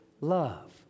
Love